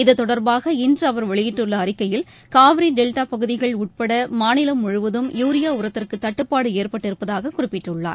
இத்தொடர்பாக இன்று அவர் வெளியிட்டுள்ள அறிக்கையில் காவிரி டெல்டா பகுதிகள் உட்பட மாநிலம் முழுவதும் யூரியா உரத்திற்கு தட்டுப்பாடு ஏற்பட்டிருப்பதாக குறிப்பிட்டுள்ளார்